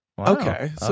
Okay